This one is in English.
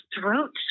throat